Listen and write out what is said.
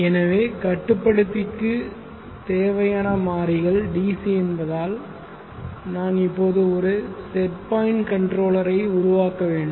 எனவே கட்டுப்படுத்திக்கு தேவையான மாறிகள் DC என்பதால் நான் இப்போது ஒரு செட் பாயிண்ட் கன்ட்ரோலரை உருவாக்க வேண்டும்